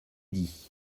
dit